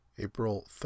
April